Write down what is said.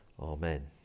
Amen